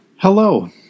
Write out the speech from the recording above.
Hello